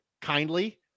kindly